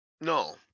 No